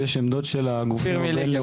חשוב להגיד שיש עמדות של הגופים הבין-לאומיים